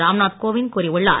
ராம் நாத் கோவிந்த் கூறியுள்ளார்